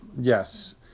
Yes